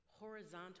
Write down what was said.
horizontal